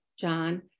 John